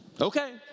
Okay